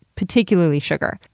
particularly sugar.